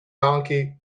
donkey